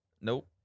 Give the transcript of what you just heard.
Nope